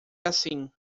assim